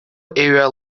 area